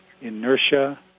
inertia